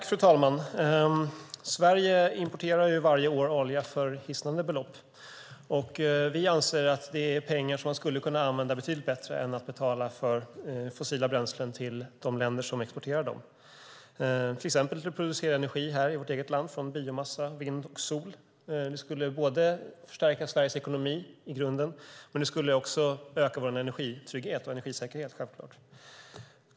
Fru talman! Sverige importerar varje år olja för hisnande belopp. Vi anser att det är pengar som kan användas betydligt bättre än att betala för fossila bränslen till de länder som exporterar dem. Till exempel kan vi producera energi här i vårt eget land från biomassa, vind och sol. Det skulle förstärka Sveriges ekonomi i grunden och öka vår energitrygghet och energisäkerhet.